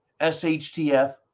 shtf